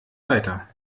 weiter